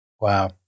Wow